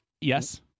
yes